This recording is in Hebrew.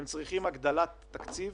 הם צריכים הגדלת תקציב